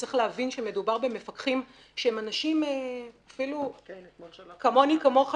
וצריך להבין שמדובר במפקחים שהם אנשים כמוני כמוך,